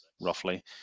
roughly